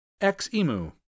XEMU